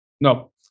No